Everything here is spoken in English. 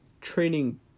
training